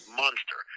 monster